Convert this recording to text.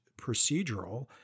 procedural